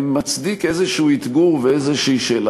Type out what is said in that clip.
מצדיק איזה אתגור ואיזו שאלה,